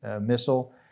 missile